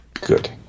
good